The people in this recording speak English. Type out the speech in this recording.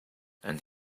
and